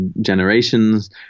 generations